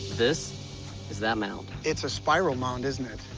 this is that mound. it's a spiral mound, isn't it?